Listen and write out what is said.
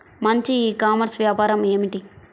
మంచి e commerce వ్యాపారం ఏమిటీ?